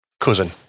Cousin